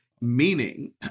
meaning